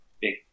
big